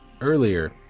earlier